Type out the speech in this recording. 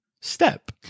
step